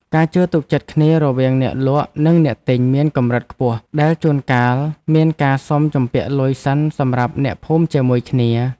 ការជឿទុកចិត្តគ្នារវាងអ្នកលក់និងអ្នកទិញមានកម្រិតខ្ពស់ដែលជួនកាលមានការសុំជំពាក់លុយសិនសម្រាប់អ្នកភូមិជាមួយគ្នា។